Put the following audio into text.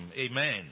amen